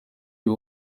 you